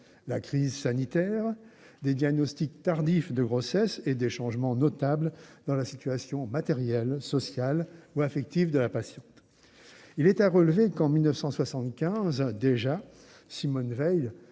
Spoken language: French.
la crise sanitaire, des diagnostics tardifs de grossesse, ainsi que des changements notables dans la situation matérielle, sociale ou affective des patientes. Il est à relever qu'en 1975, déjà, Simone Veil,